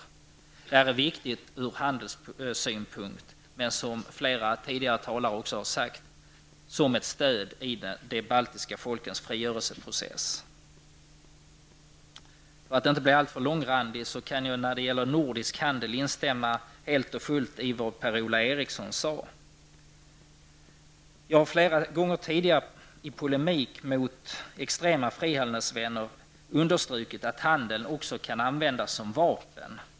Det är viktigt ur handelssynpunkt men också, som flera talare har sagt tidigare, som stöd i de baltiska folkens frigörelseprocess. För att inte bli alltför långrandig skall jag bara när det gäller nordisk handel instämma helt och fullt i vad Per-Ola Eriksson sade. Jag har flera gånger tidigare i polemik mot de extrema frihandelsvännerna understrukit att handeln också kan användas som vapen.